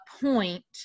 point